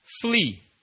flee